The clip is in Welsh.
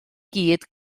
gyd